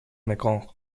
mekong